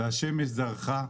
והשמש זרחה,